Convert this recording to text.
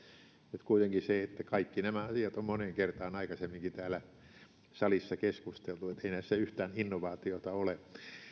nyt kuitenkin se että kaikki nämä asiat on moneen kertaan aikaisemminkin täällä salissa keskusteltu ei näissä yhtään innovaatiota ole